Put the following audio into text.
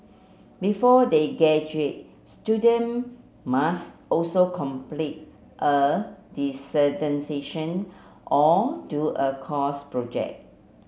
before they graduate student must also complete a or do a course project